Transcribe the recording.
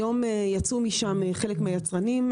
היום יצאו משם חלק מהיצרנים,